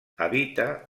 habita